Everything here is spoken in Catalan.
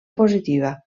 positiva